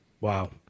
Wow